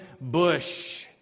bush